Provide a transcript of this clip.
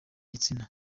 gitsina